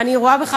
אני רואה בך